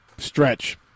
stretch